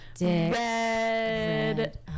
Red